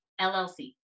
LLC